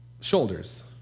shoulders